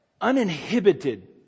uninhibited